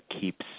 keeps